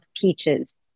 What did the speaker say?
peaches